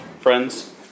friends